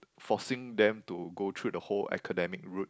forcing them to go through the whole academic route